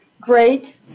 great